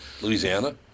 Louisiana